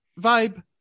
vibe